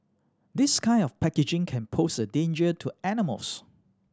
this kind of packaging can pose a danger to animals